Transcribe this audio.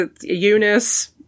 Eunice